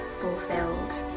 fulfilled